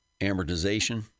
amortization